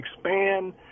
expand